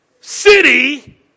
city